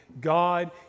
God